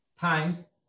Times